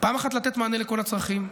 פעם אחת לתת מענה לכל הצרכים,